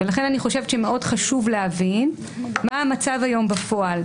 לכן אני חושבת שמאוד חשוב להבין מה המצב היום בפועל.